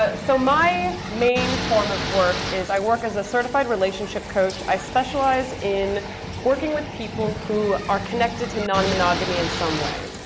but so my main form of work is i work as a certified relationship coach. i specialize in working with people who are connected to non-monogamy in some way,